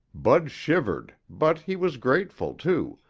bud shivered, but he was grateful, too,